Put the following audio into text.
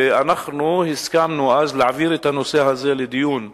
ואז הסכמנו להעביר את הנושא הזה לדיון בוועדה.